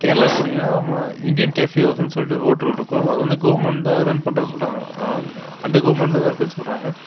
கேரளாவுக்கு போனீங்னால் நம்ம இந்தியன் கேபியோனு சொல்லிட்டு ஹோட்டல் இருக்கும் அதில் வந்து கவுர்ன்மெண்ட் தான் ரன் பண்ணுறாங்கன்னு சொல்கிறாங்க ஆனால் அந்த கவுர்மெண்ட்டில் தான் இருக்குதுனு சொல்கிறாங்க